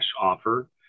offer